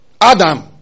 Adam